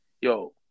Yo